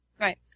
Right